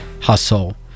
hustle